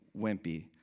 wimpy